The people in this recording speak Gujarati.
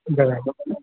બરાબર